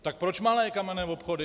Tak proč malé kamenné obchody?